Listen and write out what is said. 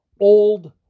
old